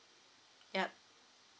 yup